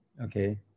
Okay